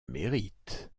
mérite